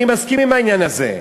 אני מסכים עם העניין הזה.